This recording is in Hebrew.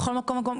בכל מקום ומקום,